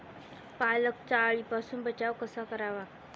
पालकचा अळीपासून बचाव कसा करावा?